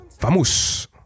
vamos